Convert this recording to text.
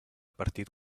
partit